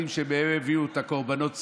את קורבנות הציבור,